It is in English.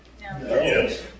Yes